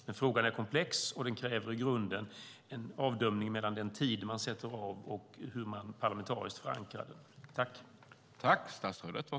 Men frågan är komplex, och den kräver i grunden en avdömning av den tid man sätter av för den och det sätt på vilket man parlamentariskt förankrar frågan.